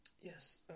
Yes